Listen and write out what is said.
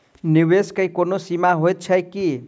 निवेश केँ कोनो सीमा होइत छैक की?